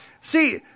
See